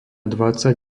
dvadsať